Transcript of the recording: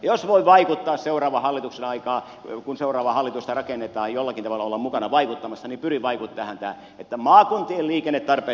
jos voin kun seuraavaa hallitusta rakennetaan jollakin tavalla olla mukana vaikuttamassa niin pyrin vaikuttamaan tähän että maakuntien liikennetarpeet hoidetaan